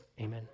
amen